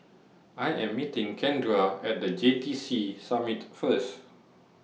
I Am meeting Kendra At The J T C Summit First